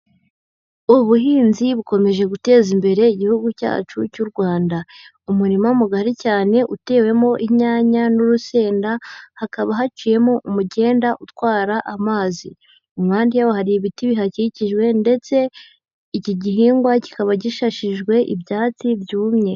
Ubuhinzi bukomeje guteza imbere igihugu cyacu cy'u Rwanda. Umurima mugari cyane utewemo inyanya, n'urusenda, hakaba haciyemo umugenda utwara amazi. Impande yaho hari ibiti bihakikijwe, ndetse iki gihingwa kikaba gishashijwe ibyatsi byumye.